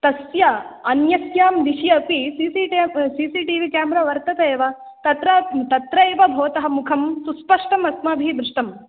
तस्य अन्यस्यां दिशि अपि C C tape C C T V camera वर्तते एव तत्र तत्रैव भवतः मुखं सुस्पष्टम् अस्माभिः दृष्टम्